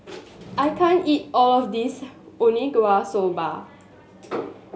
I can't eat all of this soba